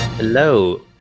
Hello